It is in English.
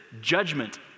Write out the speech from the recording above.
judgment